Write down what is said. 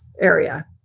area